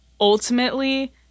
ultimately